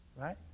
Right